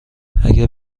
اگه